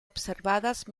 observadas